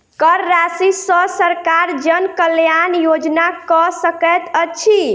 कर राशि सॅ सरकार जन कल्याण योजना कअ सकैत अछि